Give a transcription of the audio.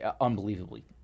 unbelievably